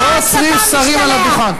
לא עוצרים שרים על הדוכן.